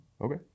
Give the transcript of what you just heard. Okay